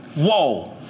whoa